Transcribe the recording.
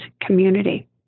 community